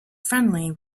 friendly